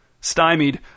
Stymied